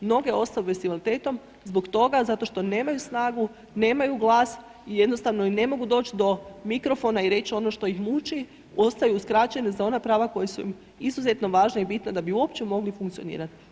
Mnoge osobe s invaliditetom, zbog toga, zbog toga što nemaju snagu, nemaju glas i jednostavno ne mogu doći do mikrofona i reći ono što ih muči, ostaju uskraćeni za ona prava koja su im izuzetno važna i bitna da bi uopće mogli funkcionirati.